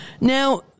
Now